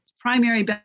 primary